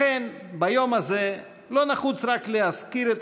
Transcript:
לכן ביום הזה לא נחוץ רק להזכיר את